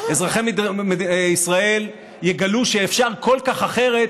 אזרחי ישראל יגלו שאפשר כל כך אחרת,